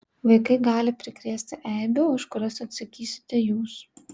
vaikai gali prikrėsti eibių už kurias atsakysite jūs